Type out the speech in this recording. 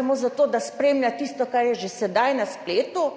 samo za to, da spremlja tisto, kar je že sedaj na spletu,